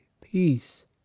peace